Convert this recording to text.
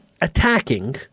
attacking